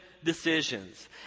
Decisions